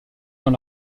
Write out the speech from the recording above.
dans